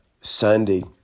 Sunday